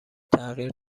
تغییر